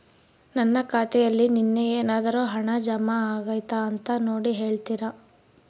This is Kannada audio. ನನ್ನ ಖಾತೆಯಲ್ಲಿ ನಿನ್ನೆ ಏನಾದರೂ ಹಣ ಜಮಾ ಆಗೈತಾ ಅಂತ ನೋಡಿ ಹೇಳ್ತೇರಾ?